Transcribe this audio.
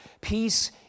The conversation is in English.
Peace